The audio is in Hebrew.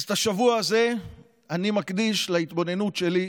אז את השבוע הזה אני מקדיש להתבוננות שלי פנימה.